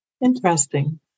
Interesting